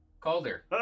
Calder